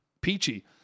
peachy